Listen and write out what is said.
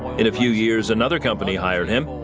in a few years, another company hired him,